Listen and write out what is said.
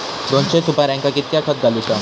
दोनशे सुपार्यांका कितक्या खत घालूचा?